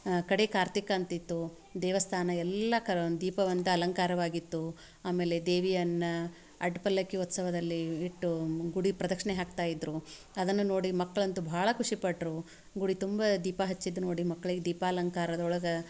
ಕಡೆ ಕಾರ್ತಿಕ ಅಂತಿತ್ತು ದೇವಸ್ಥಾನ ಎಲ್ಲ ದೀಪವಂತ ಅಲಂಕಾರವಾಗಿತ್ತು ಆಮೇಲೆ ದೇವಿಯನ್ನು ಅಡ್ಡಪಲ್ಲಕ್ಕಿ ಉತ್ಸವದಲ್ಲಿ ಇಟ್ಟು ಮು ಗುಡಿ ಪ್ರದಕ್ಷಿಣೆ ಹಾಕ್ತಾ ಇದ್ದರು ಅದನ್ನು ನೋಡಿ ಮಕ್ಕಳಂತೂ ಭಾಳ ಖುಷಿಪಟ್ಟರು ಗುಡಿ ತುಂಬ ದೀಪ ಹಚ್ಚಿದ್ದು ನೋಡಿ ಮಕ್ಳಿಗೆ ದೀಪ ಅಲಂಕಾರದೊಳಗೆ